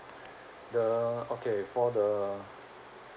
the okay for the